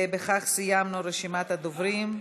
בכך סיימנו את רשימת הדוברים.